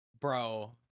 bro